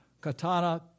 Katana